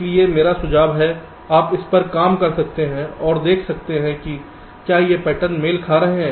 इसलिए मेरा सुझाव है कि आप इस पर काम कर सकते हैं और देख सकते हैं कि क्या ये पैटर्न मेल खा रहे हैं